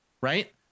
right